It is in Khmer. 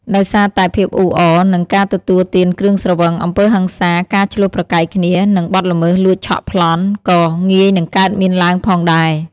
ដោយសារតែភាពអ៊ូអរ និងការទទួលទានគ្រឿងស្រវឹង អំពើហិង្សា ការឈ្លោះប្រកែកគ្នា និង បទល្មើសលួចឆក់ប្លន់ ក៏ងាយនឹងកើតមានឡើងផងដែរ។